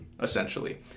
essentially